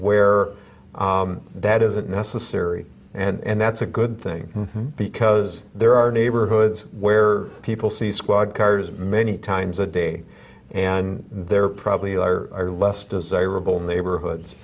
where that isn't necessary and that's a good thing because there are neighborhoods where people see squad cars many times a day and there probably are less desirable neighborhoods